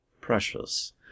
precious